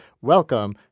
Welcome